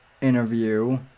interview